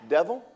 Devil